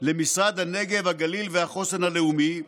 למשרד הנגב, הגליל והחוסן הלאומי,